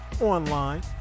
online